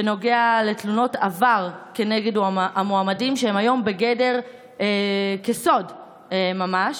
בנוגע לתלונות עבר כנגד המועמדים שהם היום כסוד ממש,